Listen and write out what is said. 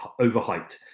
overhyped